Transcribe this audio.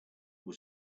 was